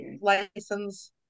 license